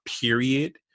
period